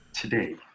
today